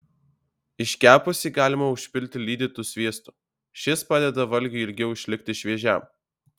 iškepusį galima užpilti lydytu sviestu šis padeda valgiui ilgiau išlikti šviežiam